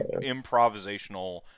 improvisational